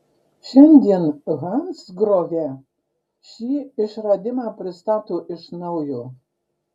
šiandien hansgrohe šį išradimą pristato iš naujo